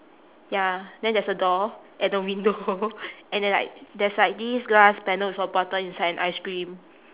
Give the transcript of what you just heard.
ya then there's a door and a window and then like there's like this glass panel with a bottle inside and ice cream